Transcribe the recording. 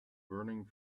burning